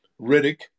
Riddick